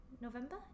November